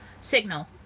Signal